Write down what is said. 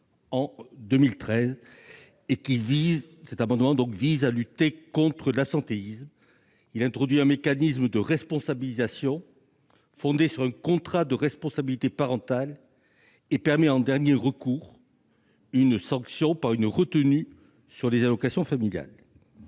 en 2013, visant à lutter contre l'absentéisme. Il a pour objet d'introduire un mécanisme de responsabilisation, fondé sur un contrat de responsabilité parentale, et de permettre, en dernier recours, une sanction par une retenue sur les allocations familiales.